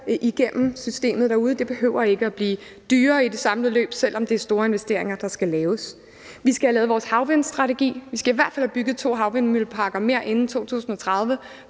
igennem systemet derude. Det behøver ikke samlet at blive dyrere, selv om det er store investeringer, der skal til. Vi skal have lavet vores havvindstrategi. Vi skal i hvert fald have bygget to havvindmølleparker mere inden 2030